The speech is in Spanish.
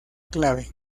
clave